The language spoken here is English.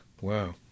Wow